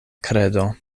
kredo